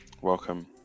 Welcome